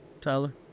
Tyler